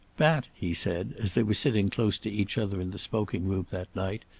bat, he said as they were sitting close to each other in the smoking-room that night,